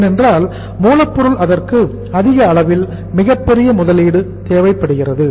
ஏனென்றால் மூலப்பொருள் அதற்கு அதிக அளவில் மிகப் பெரிய முதலீடு தேவைப்படுகிறது